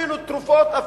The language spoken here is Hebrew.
אפילו תרופות,